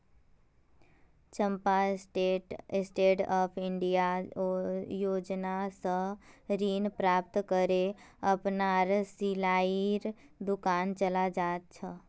चंपा stand up India योजना स ऋण प्राप्त करे अपनार सिलाईर दुकान चला छ